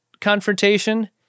confrontation